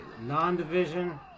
Non-division